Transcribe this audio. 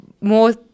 more